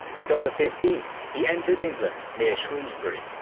and on the fifteenth he entered england near shrewsbury.